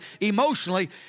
emotionally